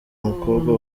mukobwa